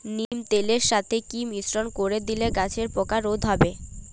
নিম তেলের সাথে কি মিশ্রণ করে দিলে গাছের পোকা রোধ হবে?